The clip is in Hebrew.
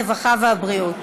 הרווחה והבריאות.